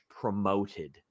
promoted